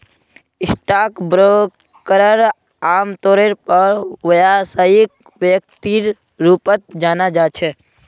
stock ब्रोकरक आमतौरेर पर व्यवसायिक व्यक्तिर रूपत जाना जा छे